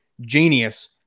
genius